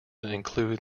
include